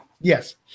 Yes